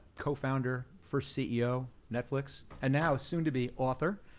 cofounder, first ceo, netflix, and now soon to be author,